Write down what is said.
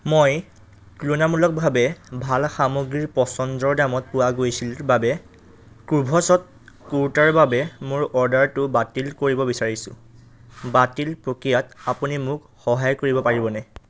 মই তুলনামূলকভাৱে ভাল সামগ্ৰী পচন্দৰ দামত পোৱা গৈছিল বাবে কুভছ্ত কুৰ্তাৰ বাবে মোৰ অৰ্ডাৰটো বাতিল কৰিব বিচাৰিছোঁ বাতিল প্ৰক্ৰিয়াত আপুনি মোক সহায় কৰিব পাৰিবনে